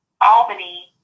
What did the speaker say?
Albany